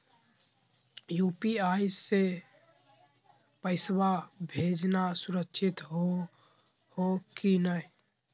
UPI स पैसवा भेजना सुरक्षित हो की नाहीं?